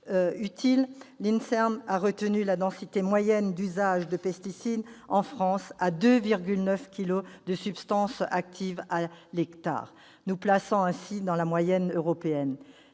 utile, la densité moyenne d'usage de pesticides en France à 2,9 kilogrammes de substance active à l'hectare, nous plaçant ainsi dans la moyenne européenne.